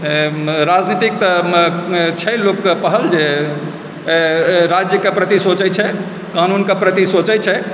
राजनीतिके तऽ छै लोकके पहल जे राज्यके प्रति सोचै छै कानूनके प्रति सोचै छै